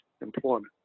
employment